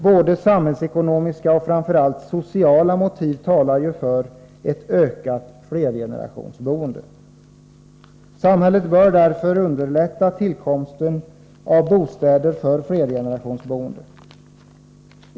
Både samhällsekonomiska och framför allt sociala motiv talar för ett ökat flergenerationsboende. Samhället bör därför underlätta tillkomsten av bostäder för flergenerationsboende.